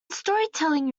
storytelling